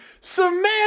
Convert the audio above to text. Samantha